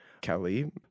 Kelly